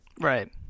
Right